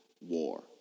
war